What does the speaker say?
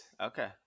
Okay